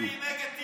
תצביעי נגד,